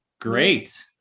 great